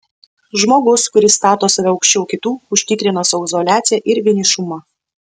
žmogus kuris stato save aukščiau kitų užtikrina sau izoliaciją ir vienišumą